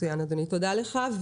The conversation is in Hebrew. מצוין, אדוני, תודה לך.